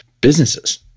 businesses